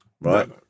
right